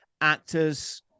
actors